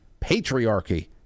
patriarchy